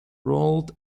roald